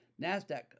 NASDAQ